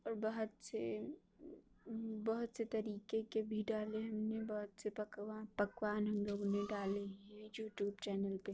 اور بہت سے بہت سے طریقے کے بھی ڈالے ہم نے بہت سے پکوان پکوان ہم لوگوں نے ڈالے ہیں یوٹیوب چینل پہ